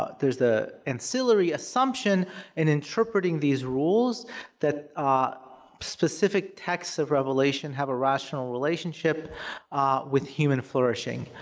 ah there's the ancillary assumption in interpreting these rules that specific texts of revelation have a rational relationship with human flourishing,